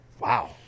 Wow